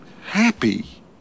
happy